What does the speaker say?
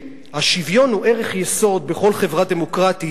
שהשוויון הוא ערך יסוד בכל חברה דמוקרטית,